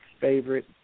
favorite